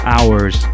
Hours